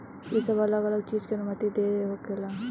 ई सब अलग अलग चीज के अनुमति से होखेला